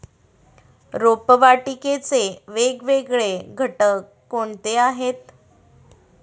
रोपवाटिकेचे वेगवेगळे घटक कोणते आहेत?